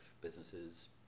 businesses